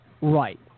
Right